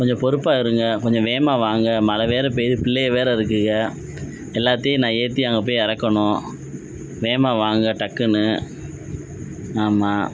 கொஞ்சம் பொறுப்பாக இருங்க கொஞ்சம் வேகமாக வாங்க மழை வேறு பெய்யுது பிள்ளைங்க வேறு இருக்குங்க எல்லாத்தையும் நான் ஏற்றி அனுப்பி இறக்கணும் வேகமாக வாங்க டக்குனு ஆமாம்